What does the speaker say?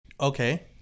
Okay